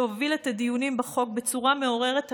שהוביל את הדיונים בחוק בצורה מעוררת השראה.